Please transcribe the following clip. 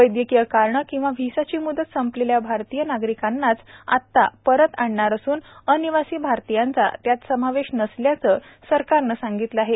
वैद्यकीय कारणं किंवा व्हिसाची म्दत संपलेल्या भारतीय नागरिकांनाच आता परत आणणार असून अनिवासी भारतीयांचा त्यात समावेश नसल्याचे सरकारने सांगितले आहे